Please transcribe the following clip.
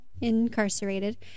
incarcerated